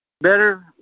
better